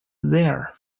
there